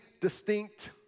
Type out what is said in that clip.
distinct